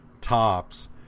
tops